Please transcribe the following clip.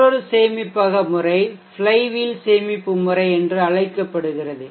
மற்றொரு சேமிப்பக முறை ஃப்ளைவீல் சேமிப்பு முறை என்று அழைக்கப்படுகிறது